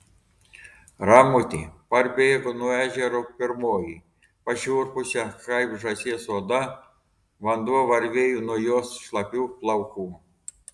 ramutė parbėgo nuo ežero pirmoji pašiurpusia kaip žąsies oda vanduo varvėjo nuo jos šlapių plaukų